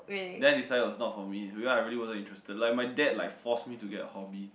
then I decided it was not for me because I really wasn't interested like my dad like force me to get a hobby